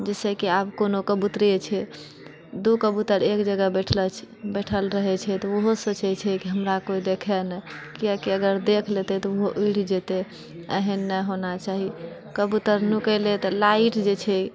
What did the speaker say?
जइसँकि आब कोनो कबूतरे छै दू कबूतर एक जगह बैठलऽ छै बैठल रहै छै तऽ ओहो सोचै छै कि हमरा कोइ देखै नहि कियाकि अगर देखि लेतै तऽ ओहो उड़ि जेतै एहन नहि होना चाही कबूतर नुकेलै तऽ लाइट जे छै